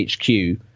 HQ